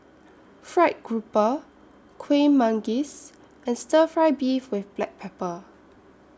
Fried Grouper Kueh Manggis and Stir Fry Beef with Black Pepper